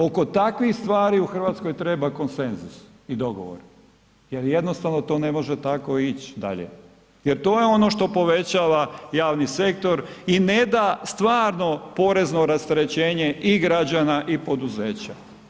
Oko takvih stvari u Hrvatskoj treba konsenzus i dogovor jer jednostavno to ne može tako ić dalje, jer to je ono što povećava javni sektor i ne da stvarno porezno rasterećenje i građana i poduzeća.